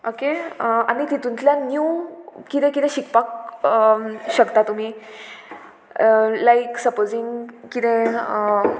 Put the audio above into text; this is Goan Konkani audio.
ओके आनी तितूंतल्यान न्यू किदें किदें शिकपाक शकता तुमी लायक सपोजींग किदें